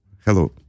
Hello